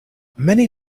many